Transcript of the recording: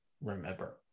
remember